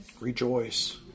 rejoice